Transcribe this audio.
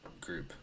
group